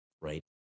right